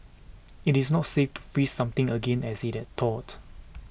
it is not safe to freeze something again as it has thawed